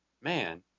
man